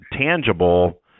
tangible